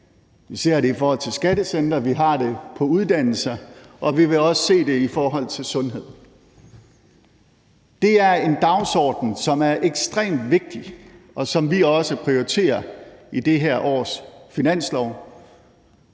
Vi ser det i forhold til skattecentre, vi har det på uddannelser, og vi vil også se det i forhold til sundhed. Det er en dagsorden, som er ekstremt vigtig, og som vi også prioriterer i det her års finanslov.